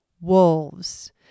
wolves